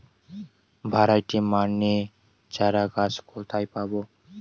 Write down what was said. Variety মানের চারাগাছ কোথায় পাবো?